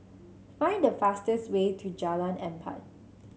find the fastest way to Jalan Empat